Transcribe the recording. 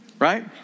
right